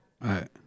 Right